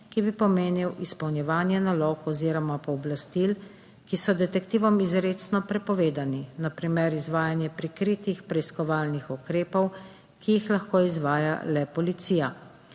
ki bi pomenil izpolnjevanje nalog oziroma pooblastil, ki so detektivom izrecno prepovedana, na primer izvajanje prikritih preiskovalnih ukrepov, ki jih lahko izvaja le policija.